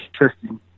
interesting